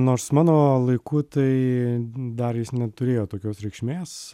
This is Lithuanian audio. nors mano laiku tai dar jis neturėjo tokios reikšmės